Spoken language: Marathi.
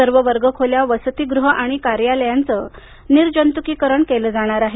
सर्व वर्ग खोल्या वसतिगृह आणि कार्यालयांचं निर्जंतुकीकरण केलं जाणार आहे